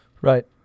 Right